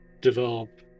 develop